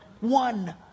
One